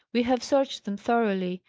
we have searched them thoroughly.